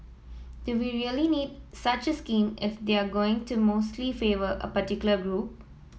do we really need such scheme if they're going to mostly favour a particular group